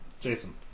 Jason